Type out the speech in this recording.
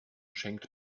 schenkt